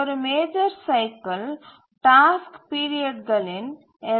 ஒரு major cycle task பீரியட்களின் L